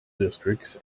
districts